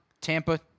Tampa